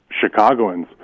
Chicagoans